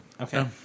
Okay